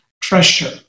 treasure